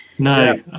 No